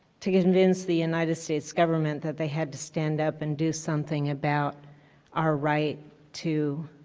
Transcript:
to convince the united states government that they had to stand up and do something about our right to